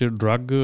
drug